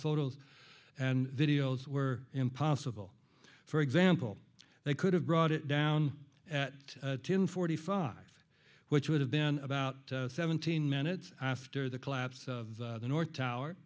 photos and videos were impossible for example they could have brought it down at ten forty five which would have been about seventeen minutes after the collapse of the north tower